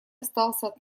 остался